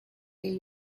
way